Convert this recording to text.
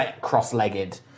cross-legged